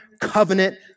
covenant